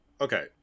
okay